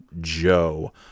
Joe